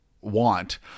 want